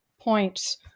points